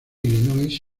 illinois